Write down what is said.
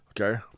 okay